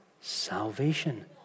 salvation